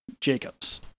Jacobs